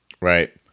Right